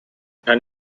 kann